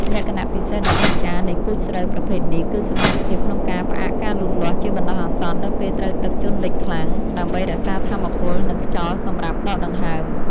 លក្ខណៈពិសេសដ៏អស្ចារ្យនៃពូជស្រូវប្រភេទនេះ គឺសមត្ថភាពក្នុងការផ្អាកការលូតលាស់ជាបណ្តោះអាសន្ននៅពេលត្រូវទឹកជន់លិចខ្លាំង ដើម្បីរក្សាថាមពល និងខ្យល់សម្រាប់ដកដង្ហើម។